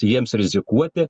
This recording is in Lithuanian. jiems rizikuoti